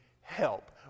help